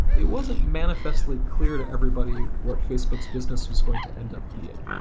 it wasn't manifes tly clear to everybody what facebook's business was going to end up being.